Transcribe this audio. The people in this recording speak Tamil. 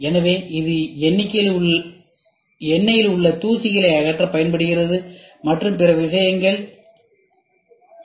எனவே இது எண்ணெயில் உள்ள தூசுகளை மற்றும் பிற விஷயங்கள் அகற்ற பயன்படுகிறது